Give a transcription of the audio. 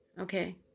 okay